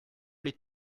les